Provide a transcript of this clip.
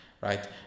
right